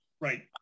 Right